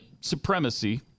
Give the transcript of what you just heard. supremacy